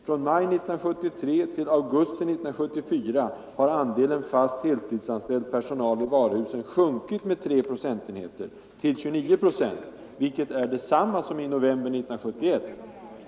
Från maj 1973 till augusti 1974 har andelen fast heltidsanställd personal i varuhusen sjunkit med 3 procentenheter till 29 procent, vilket är detsamma som i november 1971.